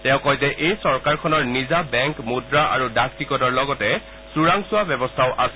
তেওঁ কয় যে এই চৰকাৰখনৰ নিজা বেংক মূদ্ৰা আৰু ডাক টিকটৰ লগতে চোৰাংচোৱা ব্যৱস্থাও আছিল